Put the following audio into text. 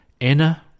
Anna